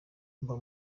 mba